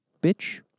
Bitch